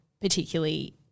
particularly